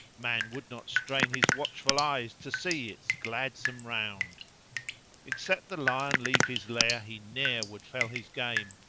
man would not strain his watchful eyes to see its gladsome round except the lion leave his lair he ne'er would fell his game,